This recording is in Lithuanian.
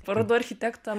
parodų architektam